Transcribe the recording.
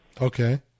Okay